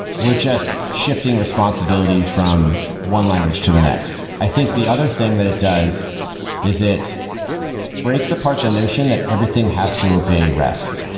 we're just shifting responsibility from one language to the next. i think the other thing that it does is it breaks apart the notion that everything has to obey rest.